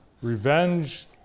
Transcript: Revenge